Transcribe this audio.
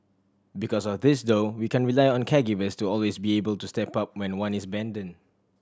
because of this though we can rely on caregivers to always be able to step up when one is abandoned